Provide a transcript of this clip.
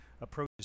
approaches